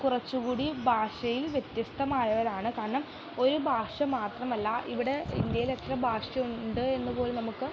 കുറച്ചു കൂടി ഭാഷയിൽ വ്യത്യസ്തമായതാണ് കാരണം ഒരു ഭാഷ മാത്രമല്ല ഇവിടെ ഇന്ത്യയിലെത്ര ഭാഷ ഉണ്ട് എന്നു പോലും നമുക്ക്